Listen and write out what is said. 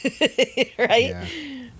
right